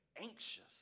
anxious